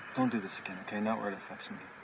don't do this again, okay? not where it affects me.